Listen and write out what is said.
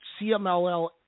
CMLL